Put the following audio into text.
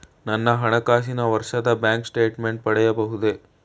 ನನ್ನ ಹಣಕಾಸಿನ ವರ್ಷದ ಬ್ಯಾಂಕ್ ಸ್ಟೇಟ್ಮೆಂಟ್ ಪಡೆಯಬಹುದೇ?